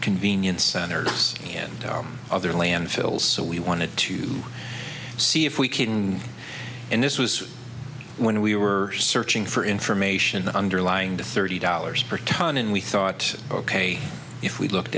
convenience centers and other landfills so we wanted to see if we can and this was when we were searching for information underlying to thirty dollars per ton and we thought ok if we looked